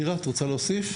נירה, את רוצה להוסיף?